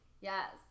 Yes